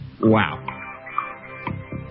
Wow